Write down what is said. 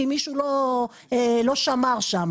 כי מישהו לא שמר שם,